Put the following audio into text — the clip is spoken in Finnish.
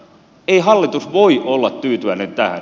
ei hallitus voi olla tyytyväinen tähän